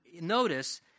notice